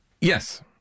yes